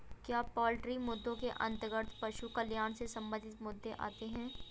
क्या पोल्ट्री मुद्दों के अंतर्गत पशु कल्याण से संबंधित मुद्दे आते हैं?